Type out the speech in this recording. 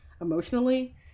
emotionally